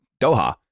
Doha